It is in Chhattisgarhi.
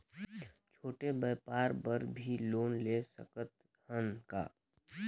छोटे व्यापार बर भी लोन ले सकत हन का?